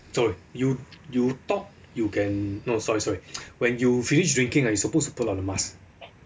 sorry you you talk you can no sorry sorry when you finish drinking you supposed to put on the mask